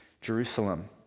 Jerusalem